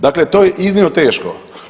Dakle, to je iznimno teško.